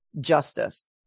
justice